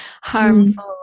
harmful